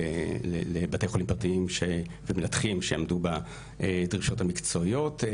גם לבתי חולים פרטיים ומנתחים שיעמדו בדרישות המקצועיות.